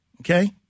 okay